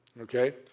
Okay